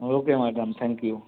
okay madam thank you